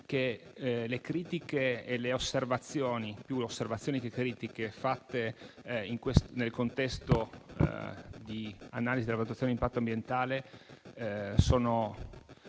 che le critiche e le osservazioni (più osservazioni che critiche) fatte nel contesto di analisi della valutazione d'impatto ambientale, sono